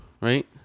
right